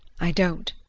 i don't.